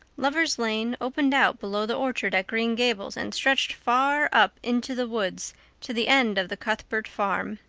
lover's lane opened out below the orchard at green gables and stretched far up into the woods to the end of the cuthbert farm.